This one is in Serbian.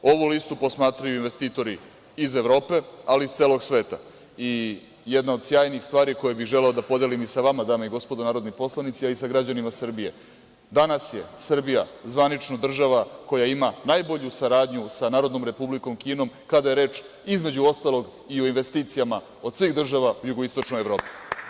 Ovu listu posmatraju investitori iz Evrope, ali i iz celog sveta, ali jedna od sjajnih stvari koju bih želeo da podelim i sa vama, dame i gospodo narodni poslanici, a i sa građanima Srbije, danas je Srbija zvanično država koja ima najbolju saradnju sa Narodnom Republikom Kinom kada je reč, između ostalog, i o investicijama od svih država jugoistočne Evrope.